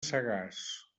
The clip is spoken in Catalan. sagàs